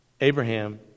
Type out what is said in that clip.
Abraham